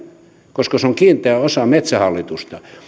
koska se on kiinteä osa metsähallitusta